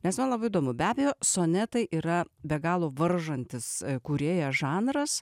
nes man labai įdomu be abejo sonetai yra be galo varžantys kūrėją žanras